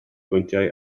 bwyntiau